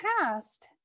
past